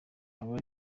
habura